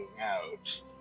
out